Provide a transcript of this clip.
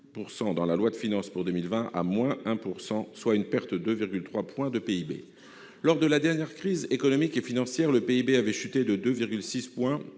dans la loi de finances pour 2020 à-1 %, soit une perte de 2,3 points ! Lors de la dernière crise économique et financière, le PIB avait chuté de 2,6 points